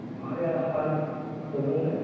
हमारे आसपास विभिन्न